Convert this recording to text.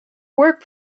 work